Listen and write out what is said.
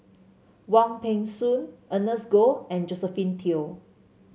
Wong Peng Soon Ernest Goh and Josephine Teo